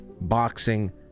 boxing